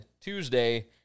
Tuesday